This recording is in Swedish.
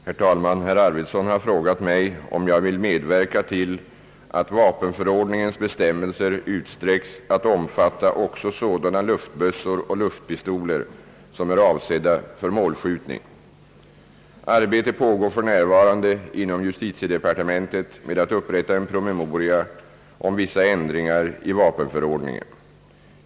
Herr talman! Herr Arvidson har frågat mig om jag vill medverka till att vapenförordningens bestämmelser utsträcks att omfatta också sådana luftbössor och luftpistoler som är avsedda för målskjutning. Arbete pågår f. n. inom justitiedepartementet med att upprätta en promemoria rörande vissa ändringar i vapenförordningen.